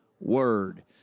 Word